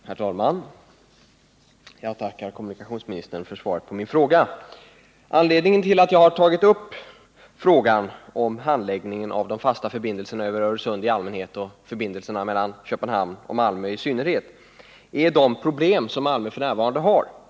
Herr talman! Jag tackar kommunikationsministern för svaret. Anledningen till att jag har tagit upp frågan om handläggningen av de fasta förbindelserna över Öresund i allmänhet och förbindelserna mellan Köpenhamn och Malmö i synnerhet är de problem som Malmö f. n. har.